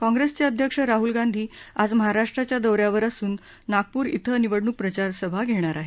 कॉंप्रेसचे अध्यक्ष राहूल गांधी आज महाराष्ट्राच्या दौ यावर असून नागपूर इथं निवडणूक प्रचार सभा घेणार आहेत